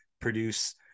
produce